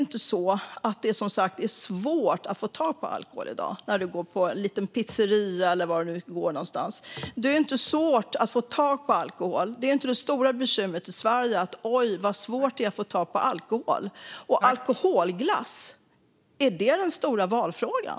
Men det är som sagt inte svårt att få tag på alkohol i dag om man går till en liten pizzeria eller vart man nu går. Det är inte det stora bekymret i Sverige - oj, vad svårt det är att få tag på alkohol! Och alkoholglass - är det den stora valfrågan?